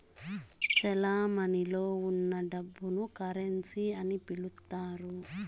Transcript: చెలమణిలో ఉన్న డబ్బును కరెన్సీ అని పిలుత్తారు